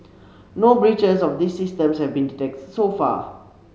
no breaches of these systems have been detected so far